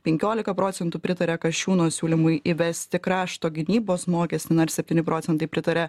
penkiolika procentų pritaria kasčiūno siūlymui įvesti krašto gynybos mokestį na ir septyni procentai pritaria